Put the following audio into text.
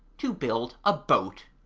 to build a boat.